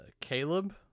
Caleb